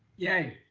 yay.